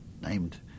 named